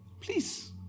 Please